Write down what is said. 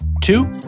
Two